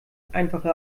einfache